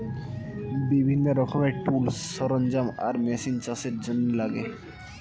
বিভিন্ন রকমের টুলস, সরঞ্জাম আর মেশিন চাষের জন্যে লাগে